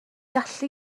gallu